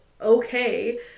okay